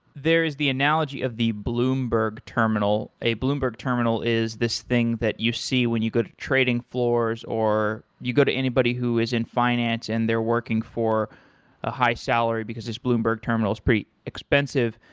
there is the analogy of the bloomberg terminal. a bloomberg terminal is this thing that you see when you go to trading floors or you go to anybody who is in finance and they're working for a high salary because this bloomberg terminal is pretty expensive,